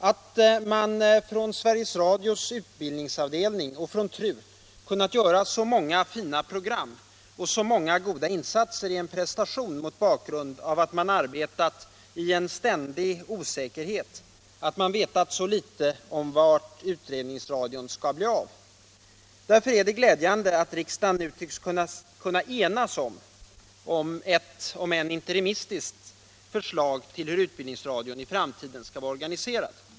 Att Sveriges Radios utbildningsavdelning och TRU kunnat göra så många fina program och så många goda insatser är en prestation mot bakgrund av att man arbetat i en ständig osäkerhet, att man vetat så litet om vad det skall bli av utbildningsradion. Därför är det väldigt glädjande att riksdagen nu tycks kunna enas om ett — om än interimistiskt — förslag till hur utbildningsradion i framtiden skall vara organiserad.